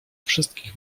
wszystkich